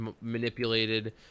manipulated